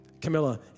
Camilla